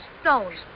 stone